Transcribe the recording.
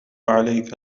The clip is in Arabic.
عليك